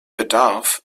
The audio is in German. bedarf